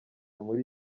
muri